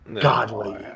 Godly